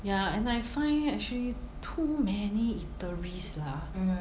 ya and I find actually too many eateries lah